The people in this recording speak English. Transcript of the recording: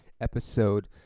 episode